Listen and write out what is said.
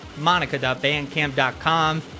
Monica.Bandcamp.com